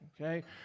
okay